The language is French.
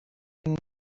une